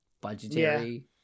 budgetary